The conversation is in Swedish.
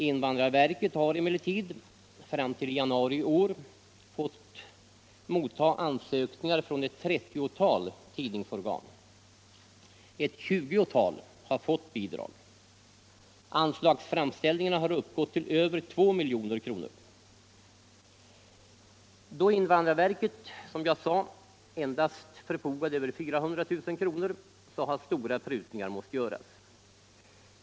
Invandrarverket har emellertid fram till i januari i år fått emotta ansökningar från ett trettiotal tidningsorgan. Ett tjugotal har fått bidrag. Anslagsframställningarna har uppgått till över 2 milj.kr. Då invandrarverket, som jag sagt, endast förfogade över 400 000 kr., har stora prutningar måst göras.